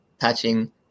patching